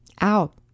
out